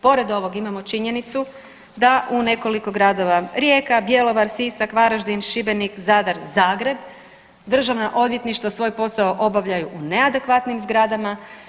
Pored ovog imamo činjenicu da u nekoliko gradova Rijeka, Bjelovar, Sisak, Varaždin, Šibenik, Zadar, Zagreb državna odvjetništva svoj posao obavljaju u neadekvatnim zgradama.